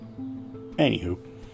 Anywho